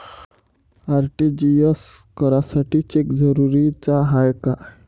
RTGS करासाठी cheque जरुरीचा हाय काय?